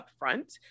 upfront